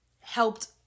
helped